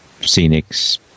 scenics